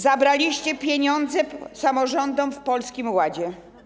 Zabraliście pieniądze samorządom w Polskim Ładzie.